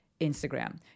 Instagram